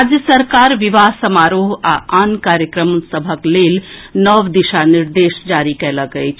राज्य सरकार विवाह समारोह आ अन्य कार्यक्रम सभक लेल नव दिशा निर्देश जारी कयलक अछि